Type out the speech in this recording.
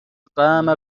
قام